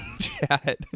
chat